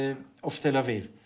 ah of tel aviv.